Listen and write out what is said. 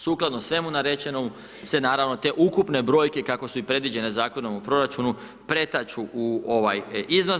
Sukladno svemu narečenome se naravno te ukupne brojke, kako su i predviđene Zakonom o proračunu, pretaču u ovaj iznos.